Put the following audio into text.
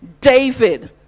David